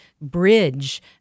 bridge